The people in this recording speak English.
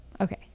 Okay